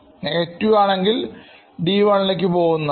negative ആണെങ്കിൽ D വണ്ണിലേക്ക് പോകുന്നതാണ്